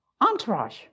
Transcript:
entourage